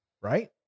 right